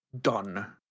done